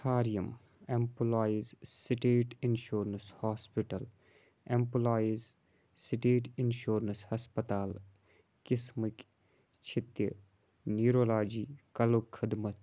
ژھار یِم employees state insurance hospital employees state insurance ہَسپَتال کِس قٕسمٕکۍ چھِ تہٕ نیٖرولاجی کَلُک خٔدمت